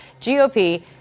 GOP